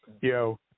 Yo